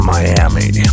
Miami